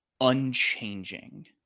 unchanging